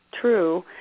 true